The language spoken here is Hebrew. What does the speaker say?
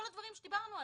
כל הדברים שדיברנו עליהם.